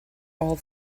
all